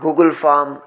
Google form